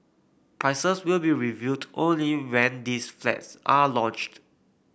prices will be revealed only when these flats are launched